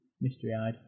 mystery-eyed